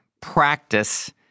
practice